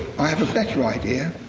i have a better idea.